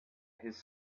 his